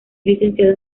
licenciado